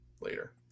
later